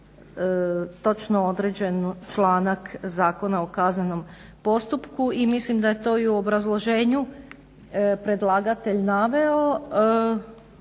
točno određen članak Zakona o kaznenom postupku i mislim da je to i u obrazloženju predlagatelj naveo.